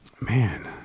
man